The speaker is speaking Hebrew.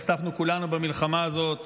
נחשפנו כולנו במלחמה הזאת